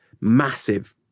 massive